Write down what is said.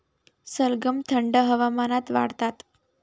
सलगम थंड हवामानात वाढतात